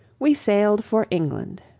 we sailed for england.